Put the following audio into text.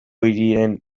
hirien